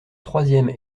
troisième